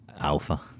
Alpha